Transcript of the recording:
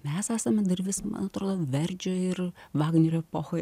mes esame dar vis man atrodo verdžio ir vagnerio epochoje